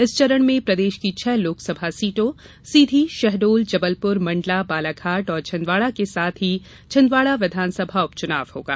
इस चरण में प्रदेष की छह लोकसभा सीटों सीधी षहडोल जबलपुर मंडला बालाघाट और छिन्दवाड़ा के साथ ही छिन्दवाड़ा विधानसभा उपचुनाव होगा